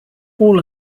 all